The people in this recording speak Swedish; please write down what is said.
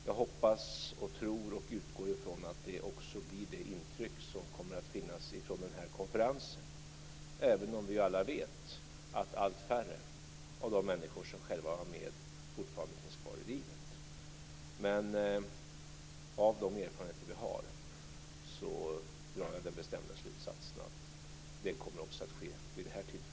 Jag hoppas, tror och utgår ifrån att det också blir det intryck som kommer att finnas från konferensen, även om vi alla vet att allt färre av de människor som själva var med fortfarande finns kvar i livet. Av de erfarenheter vi har drar jag den bestämda slutsatsen att kunskapen kommer att spridas också vid detta tillfälle.